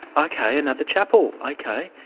ok, another chapel. ok.